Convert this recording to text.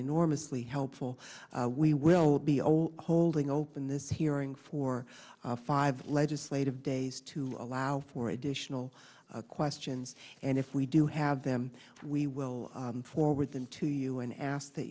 enormously helpful we will be old holding open this hearing for five legislative days to allow for additional questions and if we do have them we will forward them to you and ask that